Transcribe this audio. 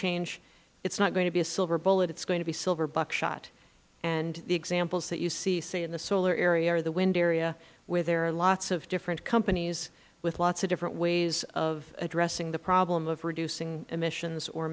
change it is not going to be a silver bullet it is going to be silver buckshot and the examples that you see say in the solar area or the wind area where there are lots of different companies with lots of different ways of addressing the problem of reducing emissions or